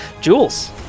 Jules